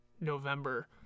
November